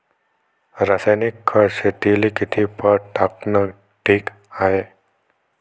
रासायनिक खत शेतीले किती पट टाकनं ठीक हाये?